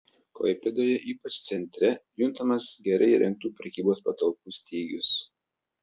klaipėdoje ypač centre juntamas gerai įrengtų prekybos patalpų stygius